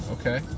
Okay